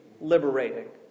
liberating